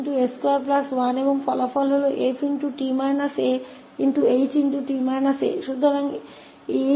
तो यहाँ हमारे पास e s है और यह हमारा 𝐹𝑠 है जो 1ss21 है और परिणाम fH है